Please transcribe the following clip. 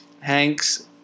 Hanks